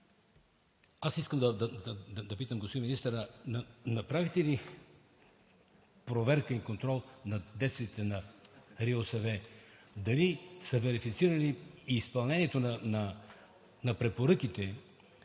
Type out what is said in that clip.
Аз искам да попитам господин министъра: направихте ли проверка и контрол на действията на РИОСВ дали са верифицирали изпълнението на препоръките?